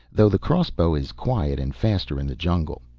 though the crossbow is quiet and faster in the jungle.